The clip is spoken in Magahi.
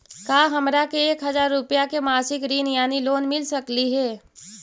का हमरा के एक हजार रुपया के मासिक ऋण यानी लोन मिल सकली हे?